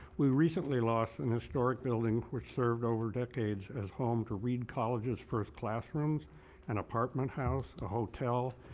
rerecently lost an historic building which served over decades as home to reed college's first classrooms and apartment house, a hotel,